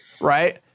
right